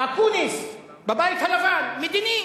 אקוניס, בבית הלבן, מדיני.